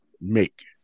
make